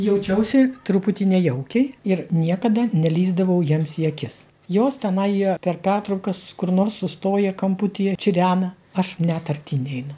jaučiausi truputį nejaukiai ir niekada nelįsdavau jiems į akis jos tenai jie per pertraukas kur nors sustoja kamputyje čirena aš net artyn neinu